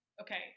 okay